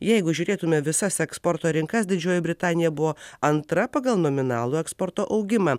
jeigu žiūrėtume visas eksporto rinkas didžioji britanija buvo antra pagal nominalų eksporto augimą